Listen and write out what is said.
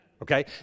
Okay